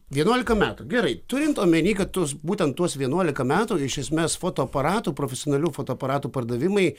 vienuolika metų gerai turint omeny kad tu būtent tuos vienuolika metų iš esmės fotoaparatų profesionalių fotoaparatų pardavimai